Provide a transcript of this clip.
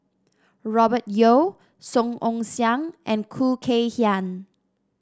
Robert Yeo Song Ong Siang and Khoo Kay Hian